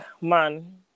man